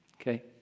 Okay